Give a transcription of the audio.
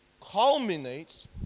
culminates